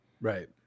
right